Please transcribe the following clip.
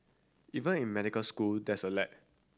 even in medical school there's a lag